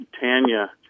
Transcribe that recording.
Tanya